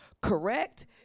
correct